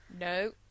No